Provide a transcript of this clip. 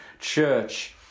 church